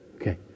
Okay